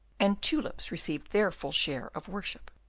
and tulips received their full share of worship.